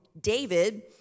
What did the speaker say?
David